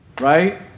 Right